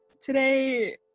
today